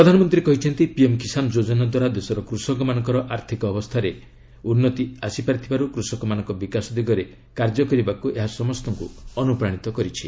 ପ୍ରଧାନମନ୍ତ୍ରୀ କହିଚ୍ଚନ୍ତି ପିଏମ୍ କିଷାନ ଯୋଜନା ଦ୍ୱାରା ଦେଶର କୃଷକମାନଙ୍କର ଆର୍ଥିକ ଅବସ୍ଥାରେ ଉନ୍ନତି ଆସିପାରିଥିବାରୁ' କୃଷକମାନଙ୍କ ବିକାଶ ଦିଗରେ କାର୍ଯ୍ୟ କରିବାକୁ ଏହା ସମସ୍ତଙ୍କୁ ଅନୁପ୍ରାଣିତ କରିଛି